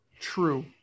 True